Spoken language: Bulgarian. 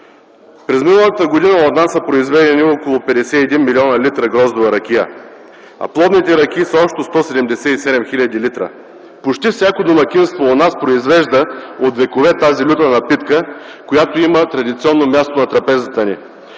През миналата година у нас са произведени около 51 млн. литра гроздова ракия, а плодните ракии са общо 177 хил. литра. Почти всяко домакинство у нас произвежда от векове тази люта напитка, която има традиционно място на трапезата ни.